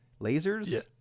Lasers